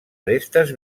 arestes